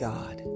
God